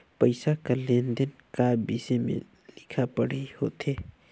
पइसा कर लेन देन का बिसे में लिखा पढ़ी होथे